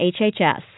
HHS